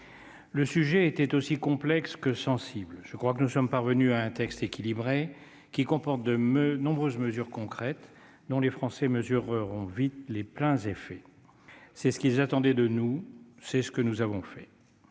Le sujet était aussi complexe que sensible. Je crois que nous sommes parvenus à un texte équilibré, qui comporte de nombreuses mesures concrètes, dont les Français mesureront vite les pleins effets. C'est ce qu'ils attendaient de nous. C'est que nous avons fait.